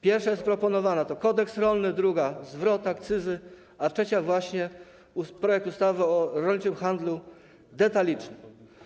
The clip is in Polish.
Pierwsza proponowana to Kodeks rolny, druga to zwrot akcyzy, a trzecia to właśnie projekt ustawy o rolniczym handlu detalicznym.